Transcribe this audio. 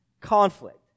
conflict